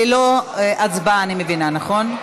ללא הצבעה אני מבינה, נכון?